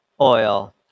oil